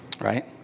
Right